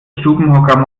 stubenhocker